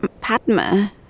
Padma